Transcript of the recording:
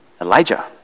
Elijah